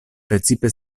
precipe